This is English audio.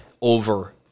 over